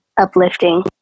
uplifting